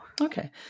Okay